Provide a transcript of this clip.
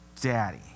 Daddy